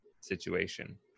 situation